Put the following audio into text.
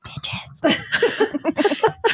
bitches